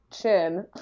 chin